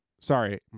sorry